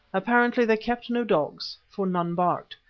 apparently they kept no dogs, for none barked,